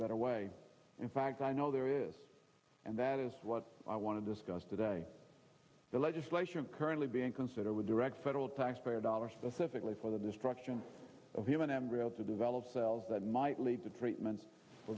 better way in fact i know there is and that is what i want to discuss today the legislation currently being considered with direct federal taxpayer dollars specifically for the destruction of human embryos to develop cells that might lead to treatments for